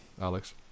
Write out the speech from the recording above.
alex